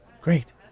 Great